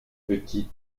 petite